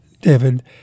david